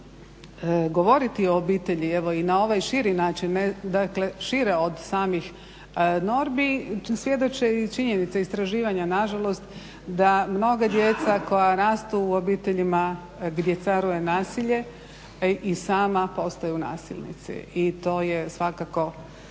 govoriti o obitelji na ovaj širi način dakle šire od samih normi svjedoči i činjenica i istraživanja nažalost da mnoga djeca koja rastu u obiteljima gdje caruje nasilje i sama postaju nasilnici i to je svakako